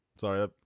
Sorry